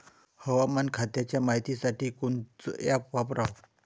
हवामान खात्याच्या मायतीसाठी कोनचं ॲप वापराव?